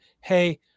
hey